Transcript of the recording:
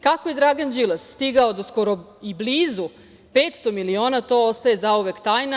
Kako je Dragan Đilas stigao do skoro i blizu 500 miliona, to ostaje zauvek tajna.